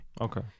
Okay